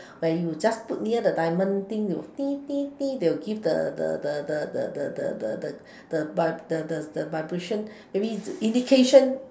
where you just put near the diamond thing they will they will give the the the the the the the the the the the the the vib~ the the the vibration maybe indication